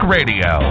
Radio